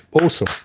Awesome